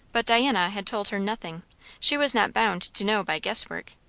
but diana had told her nothing she was not bound to know by guess-work.